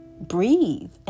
breathe